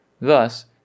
thus